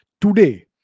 Today